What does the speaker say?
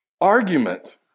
argument